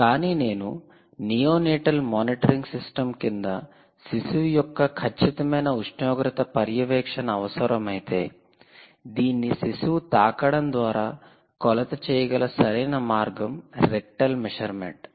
కానీ నేను 'neonatal monitoring system' 'neonatal monitoring system' కింద శిశువు యొక్క ఖచ్చితమైన ఉష్ణోగ్రత పర్యవేక్షణ అవసరమైతే దీన్ని శిశువు తాకడం ద్వారా కొలత చేయగల సరైన మార్గం 'రెక్టల్ మెసర్మెంట్ '